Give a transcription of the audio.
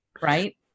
right